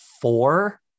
four